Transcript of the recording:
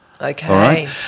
Okay